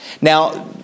Now